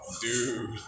dude